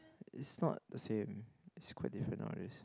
it's not the same it's quite different nowadays